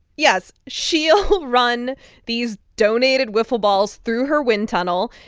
yes, she'll run these donated wiffle balls through her wind tunnel.